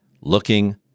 looking